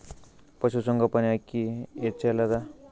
ಪಶುಸಂಗೋಪನೆ ಅಕ್ಕಿ ಹೆಚ್ಚೆಲದಾ?